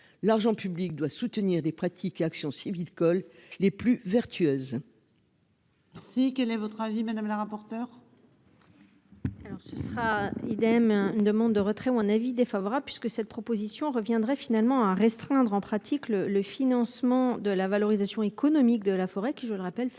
l'argent public doit soutenir des pratiques action civile cols les plus vertueuses. Si, quel est votre avis madame la rapporteure. Alors ce sera idem hein. Une demande de retrait ou un avis défavorable puisque cette proposition reviendrait pas finalement à restreindre en pratique le le financement de la valorisation économique de la forêt qui je le rappelle, fait